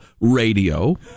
radio